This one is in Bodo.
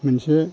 मोनसे